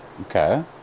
Okay